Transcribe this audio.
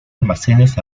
almacenes